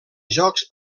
jocs